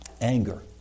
anger